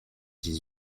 dix